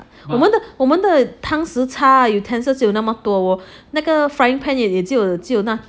我们的我们的汤匙叉 utensils 只有那么多我那个 frying pan 也只有只有那